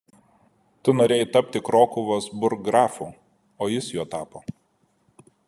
tu norėjai tapti krokuvos burggrafu o jis juo tapo